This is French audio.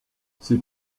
ces